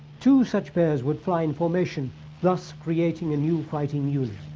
two such pairs would fly in formation thus creating a new fighting unit.